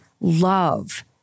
love